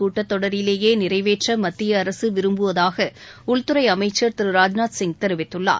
கூட்டத்தொடரிலேயே நிறைவேற்ற மத்திய அரசு விரும்புவதாக உள்துறை அமைச்சர் திரு ராஜ்நாத்சிங் தெரிவித்துள்ளார்